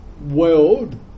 world